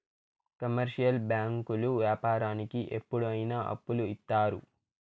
commercial బ్యాంకులు వ్యాపారానికి ఎప్పుడు అయిన అప్పులు ఇత్తారు